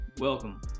Welcome